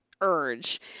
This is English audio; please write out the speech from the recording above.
urge